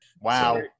Wow